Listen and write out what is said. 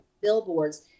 billboards